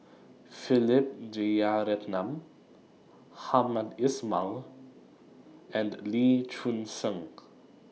Philip Jeyaretnam Hamed Ismail and Lee Choon Seng